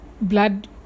blood